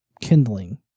kindling